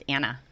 Anna